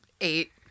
Eight